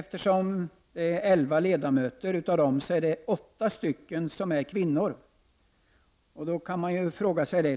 Av dessa elva ledamöter är åtta kvinnor.